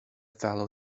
fellow